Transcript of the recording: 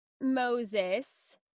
Moses